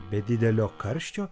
be didelio karščio